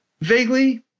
Vaguely